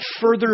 further